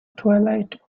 twilight